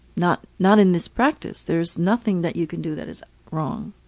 not not in this practice. there's nothing that you can do that is wrong.